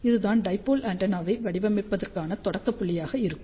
இதுதான் டைபோல் ஆண்டெனாவை வடிவமைப்பதற்கான தொடக்க புள்ளியாக இருக்கும்